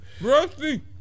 Rusty